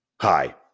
Hi